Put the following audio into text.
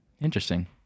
interesting